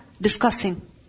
discussing